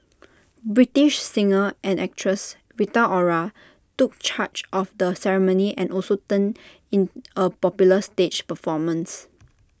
British singer and actress Rita Ora took charge of the ceremony and also turned in A popular stage performance